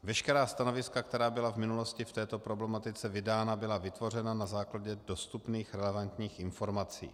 Veškerá stanoviska, která byla v minulosti v této problematice vydána, byla vytvořena na základě dostupných relevantních informací.